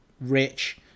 rich